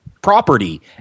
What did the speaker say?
property